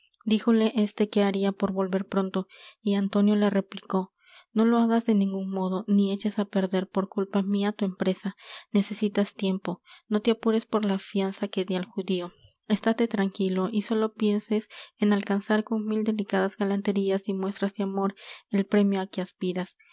díjole éste que haria por volver pronto y antonio le replicó no lo hagas de ningun modo ni eches á perder por culpa mia tu empresa necesitas tiempo no te apures por la fianza que dí al judío estáte tranquilo y sólo pienses en alcanzar con mil delicadas galanterías y muestras de amor el premio á que aspiras